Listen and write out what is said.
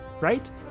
right